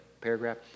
paragraph